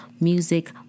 music